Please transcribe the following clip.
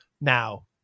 now